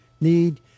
need